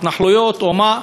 התנחלויות או מה,